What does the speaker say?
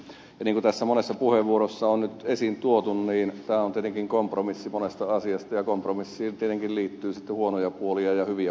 niin kuin monessa puheenvuorossa on nyt esiin tuotu tämä on tietenkin kompromissi monesta asiasta ja kompromissiin tietenkin liittyy sitten huonoja puolia ja hyviä puolia